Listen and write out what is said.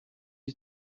you